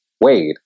Wade